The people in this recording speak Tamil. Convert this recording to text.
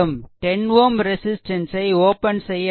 10 Ω ரெசிஸ்ட்டன்ஸ் ஐ ஓப்பன் செய்ய வேண்டும்